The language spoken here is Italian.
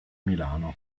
milano